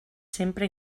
sempre